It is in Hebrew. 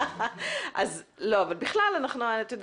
הוא נמצא